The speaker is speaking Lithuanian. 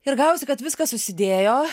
ir gavosi kad viskas susidėjo